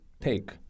take